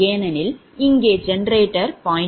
ஏனெனில் இங்கே ஜெனரேட்டர் 0